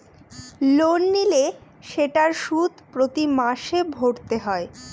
loan নিলে সেটার সুদ প্রতি মাসে ভরতে হয়